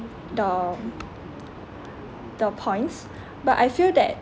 the the points but I feel that